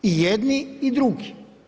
I jedni i drugi.